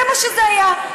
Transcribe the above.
זה מה שזה היה,